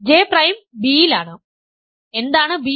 J prime B യിലാണ് എന്താണ് B